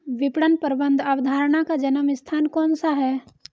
विपणन प्रबंध अवधारणा का जन्म स्थान कौन सा है?